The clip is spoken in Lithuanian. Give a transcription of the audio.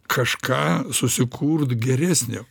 kažką susikurt geresnio